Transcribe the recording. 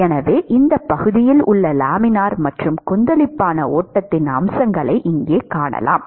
எனவே இந்த பகுதியில் உள்ள லேமினார் மற்றும் கொந்தளிப்பான ஓட்டத்தின் அம்சங்களை இங்கே காணலாம்